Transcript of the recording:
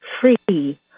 free